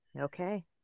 Okay